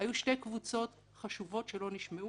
היו שתי קבוצות חשובות שלא נשמעו